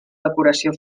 decoració